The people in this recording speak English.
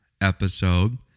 episode